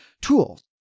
tools